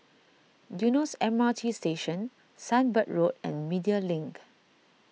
Eunos M R T Station Sunbird Road and Media Link